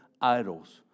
Idols